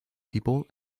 people